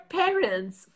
parents